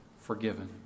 forgiven